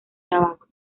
tabaco